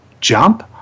jump